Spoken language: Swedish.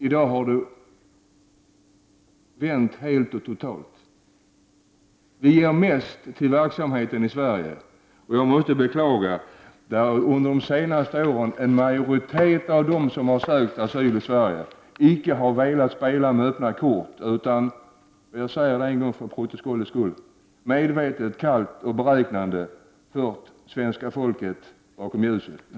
I dag är situationen en helt annan. Sverige ger mest till verksamheten i Sverige. Och jag måste beklaga att en majoritet av de människor som under det senaste åren har sökt asyl i Sverige icke har velat spela med öppna kort — och jag säger det en gång till med tanke på protokollet — utan de har medvetet, kallt och beräknande fört svenska folket bakom ljuset.